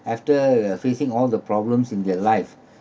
after facing all the problems in their life